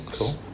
cool